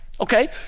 okay